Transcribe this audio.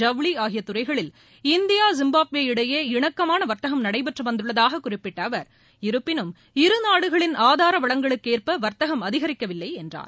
ஜவுளி ஆகிய துறைகளில் இந்தியா ஜிம்பாப்வே இடையே இணக்கமான வர்த்தகம் நடைபெற்று வந்துள்ளதாக குறிப்பிட்ட அவர் இருப்பினும் இருநாடுகளின் ஆதார வளங்களுக்கு ஏற்ப வர்த்தகம் அதிகரிக்கவில்லை என்றார்